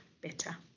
better